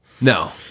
No